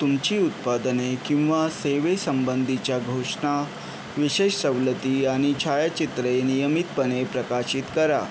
तुमची उत्पादने किंवा सेवेसंबंधीच्या घोषणा विशेष सवलती आणि छायाचित्रे नियमितपणे प्रकाशित करा